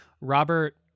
Robert